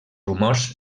rumors